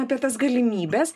apie tas galimybes